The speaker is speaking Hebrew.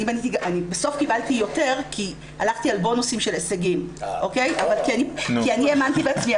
בסוף קיבלתי יותר כי הלכתי על בונוסים של הישגים כי אני האמנתי בעצמי,